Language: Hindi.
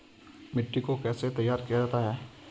मिट्टी को कैसे तैयार किया जाता है?